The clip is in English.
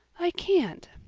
i can't.